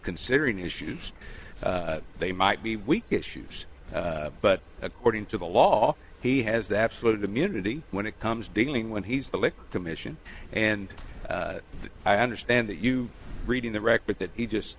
considering issues they might be weak issues but according to the law he has absolute immunity when it comes dealing when he's the liquor commission and i understand that you read in the record that he just